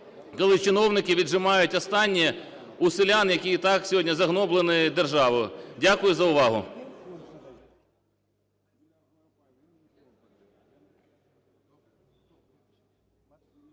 коли чиновники віджимають останнє у селян, які і так сьогодні загноблені державою. Дякую за увагу.